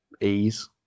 Ease